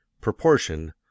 proportion